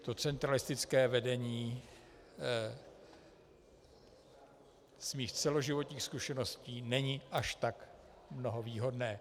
To centralistické vedení z mých celoživotních zkušeností není až tak mnoho výhodné.